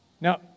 Now